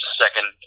second